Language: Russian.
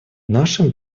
нашим